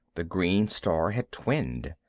the green star had twinned.